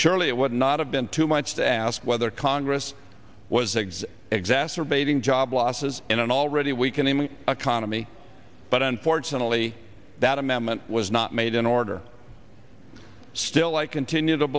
surely it would not have been too much to ask whether congress was eggs exacerbating job losses in an already weakening we a commie but unfortunately that amendment was not made in order still i continue to